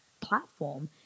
platform